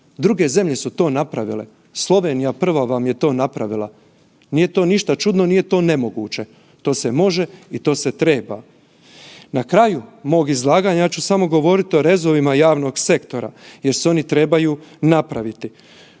Druge zemlje su to napravile, Slovenija prva vam je to napravila, nije to ništa čudno, nije to nemoguće, to se može i to se treba. Na kraju mog izlaganja ja ću samo govoriti o rezovima javnog sektora jer se oni trebaju napraviti.